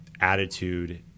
attitude